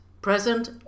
present